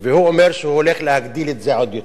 והוא אומר שהוא הולך להגדיל את זה עוד יותר.